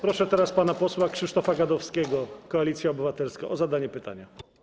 Proszę teraz pana posła Krzysztofa Gadowskiego, Koalicja Obywatelska, o zadanie pytania.